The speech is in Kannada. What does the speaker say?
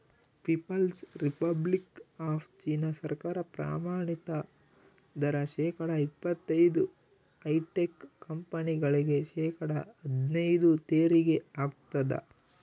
ಪೀಪಲ್ಸ್ ರಿಪಬ್ಲಿಕ್ ಆಫ್ ಚೀನಾ ಸರ್ಕಾರ ಪ್ರಮಾಣಿತ ದರ ಶೇಕಡಾ ಇಪ್ಪತೈದು ಹೈಟೆಕ್ ಕಂಪನಿಗಳಿಗೆ ಶೇಕಡಾ ಹದ್ನೈದು ತೆರಿಗೆ ಹಾಕ್ತದ